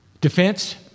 defense